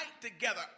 together